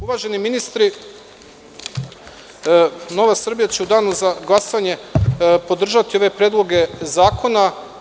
Uvaženi ministri, Nova Srbija će u danu za glasanje podržati ove predloge zakona.